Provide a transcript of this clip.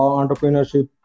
entrepreneurship